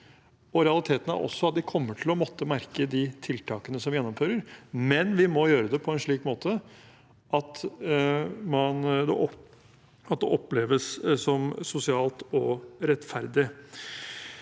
realiteten er også at de kommer til å måtte merke de tiltakene som vi gjennomfører, men vi må gjøre det på en slik måte at det oppleves som sosialt og rettferdig.